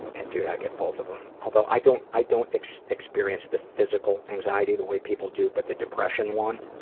and dude, i get both of them. although i don't i don't experience the physical anxiety the way people do but the depression one,